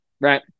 right